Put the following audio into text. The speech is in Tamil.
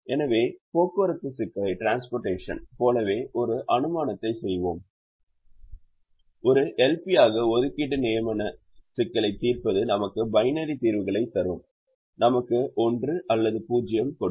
எனவே போக்குவரத்து சிக்கலை போலவே ஒரு அனுமானத்தையும் செய்வோம் ஒரு L P யாக ஒதுக்கீடு நியமன சிக்கலைத் தீர்ப்பது நமக்கு பைனரி தீர்வுகளைத் தரும் நமக்கு 1 அல்லது 0 ஐக் கொடுக்கும்